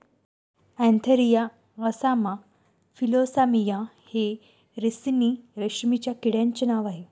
Antheraea assama Philosamia हे ricini रेशीमच्या किड्यांचे नाव आह